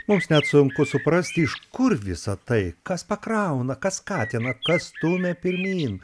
mums net sunku suprasti iš kur visa tai kas pakrauna kas skatina kas stumia pirmyn